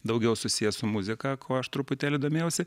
daugiau susiję su muzika kuo aš truputėlį domėjausi